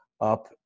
up